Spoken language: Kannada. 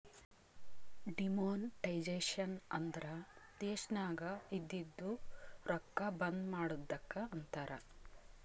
ಡಿಮೋನಟೈಜೆಷನ್ ಅಂದುರ್ ದೇಶನಾಗ್ ಇದ್ದಿದು ರೊಕ್ಕಾ ಬಂದ್ ಮಾಡದ್ದುಕ್ ಅಂತಾರ್